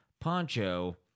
poncho